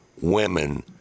women